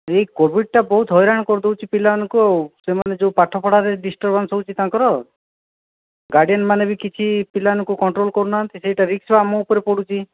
ଏଇ କୋଭିଡ଼୍ଟା ବହୁତ ହଇରାଣ କରିଦେଉଛି ପିଲାମାନଙ୍କୁ ଆଉ ସେମାନେ ଯେଉଁ ପାଠପଢ଼ାରେ ଡିଷ୍ଟର୍ବାନ୍ସ ହେଉଛି ତାଙ୍କର ଗାର୍ଡ଼ିଆନ୍ମାନେ ବି କିଛି ପିଲାମାନଙ୍କୁ କଣ୍ଟ୍ରୋଲ୍ କରୁନାହାନ୍ତି ସେଇଟା ରିକ୍ସ ଆମ ଉପରେ ପଡ଼ୁଛି